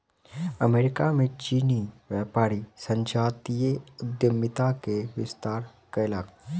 America में चीनी व्यापारी संजातीय उद्यमिता के विस्तार कयलक